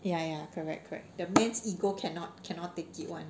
ya ya correct correct the man's ego cannot cannot take it [one]